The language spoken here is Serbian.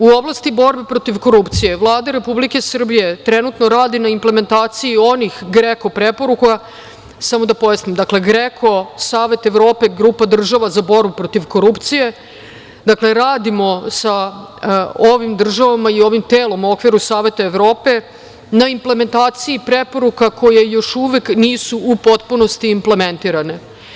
U oblasti borbe protiv korupcije Vlada Republike Srbije trenutno radi na implementaciji onih GREKO preporuka, samo da pojasnim, GREKO - Savet Evrope, grupa država za borbu protiv korupcije, dakle, radimo sa ovim državama i ovim telom u okviru Saveta Evrope na implementaciji preporuka koje još uvek nisu u potpunosti implementirane.